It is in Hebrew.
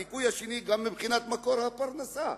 הדיכוי השני גם מבחינת מקור הפרנסה.